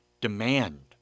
demand